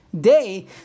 day